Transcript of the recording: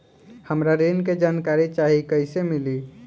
हमरा ऋण के जानकारी चाही कइसे मिली?